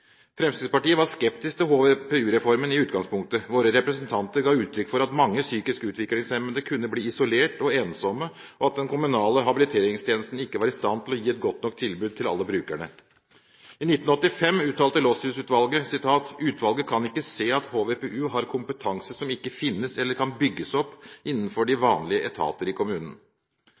Fremskrittspartiet var skeptisk til HVPU-reformen i utgangspunktet. Våre representanter ga uttrykk for at mange psykisk utviklingshemmede kunne bli isolert og ensomme, og at den kommunale habiliteringstjenesten ikke var i stand til å gi et godt nok tilbud til alle brukerne. I 1985 uttalte Lossius-utvalget at «utvalget kan ikke se at HVPU har kompetanse som ikke finnes eller kan bygges opp innenfor de vanlige etater i kommunen.»